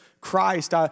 Christ